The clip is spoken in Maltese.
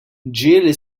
ġieli